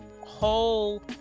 whole